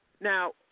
Now